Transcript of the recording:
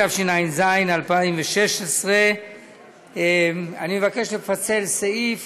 התשע"ז 2016. אני מבקש לפצל סעיף